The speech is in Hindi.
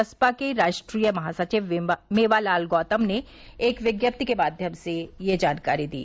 बसपा के राष्ट्रीय महासचिव मेवालाल गौतम ने एक विज्ञप्ति के माध्यम से यह जानकारी दी